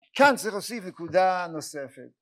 כאן צריך להוסיף נקודה נוספת